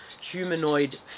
humanoid